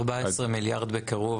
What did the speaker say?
14 מיליארד בקירוב,